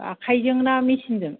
आखाइजोंना मेसिनजों